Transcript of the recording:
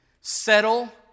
settle